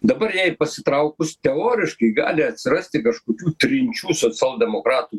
dabar jai pasitraukus teoriškai gali atsirasti kažkokių trinčių socialdemokratų